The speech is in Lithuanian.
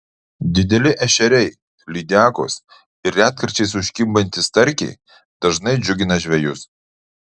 dideli ešeriai lydekos ir retkarčiais užkimbantys starkiai dažnai džiugina žvejus